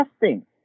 testing